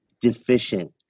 deficient